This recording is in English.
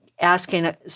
asking